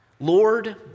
Lord